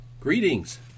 Greetings